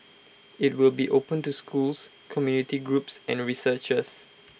IT will be open to schools community groups and researchers